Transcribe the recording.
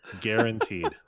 Guaranteed